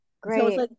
great